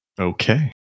Okay